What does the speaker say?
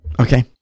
Okay